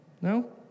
No